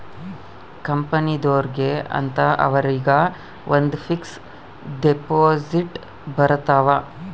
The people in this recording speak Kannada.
ಕಂಪನಿದೊರ್ಗೆ ಅಂತ ಅವರಿಗ ಒಂದ್ ಫಿಕ್ಸ್ ದೆಪೊಸಿಟ್ ಬರತವ